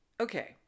Okay